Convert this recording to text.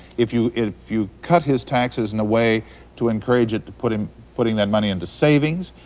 if you if you cut his taxes in a way to encourage it, to putting putting that money into savings,